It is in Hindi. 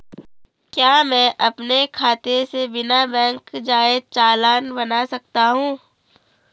क्या मैं अपने खाते से बिना बैंक जाए चालान बना सकता हूँ?